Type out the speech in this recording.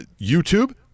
YouTube